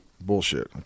bullshit